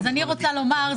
אני רוצה לומר,